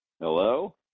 Hello